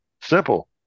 Simple